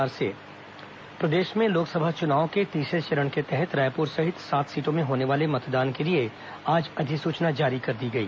लोकसभा चुनाव नामांकन प्रदेश में लोकसभा चुनाव के तीसरे चरण के तहत रायपुर सहित सात सीटों में होने वाले मतदान के लिए आज अधिसूचना जारी की गई